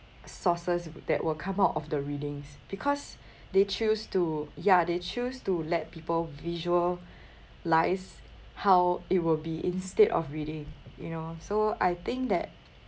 sources that will come out of the readings because they choose to ya they choose to let people visualise how it will be instead of reading you know so I think that